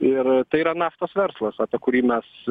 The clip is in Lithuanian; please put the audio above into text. ir tai yra naftos verslas apie kurį mes